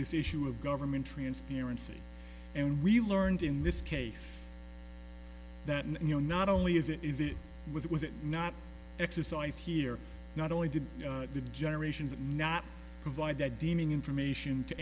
this issue of government transparency and we learned in this case that and you know not only is it is it was it was not exercised here not only did the generations not provide that deeming information to